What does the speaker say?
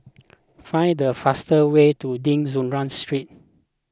find the fastest way to De Souza Street